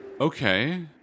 Okay